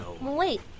Wait